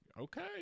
okay